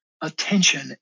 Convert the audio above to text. attention